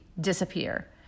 disappear